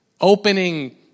opening